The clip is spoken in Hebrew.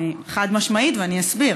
חד-משמעית, ואני אסביר.